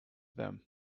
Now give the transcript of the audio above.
them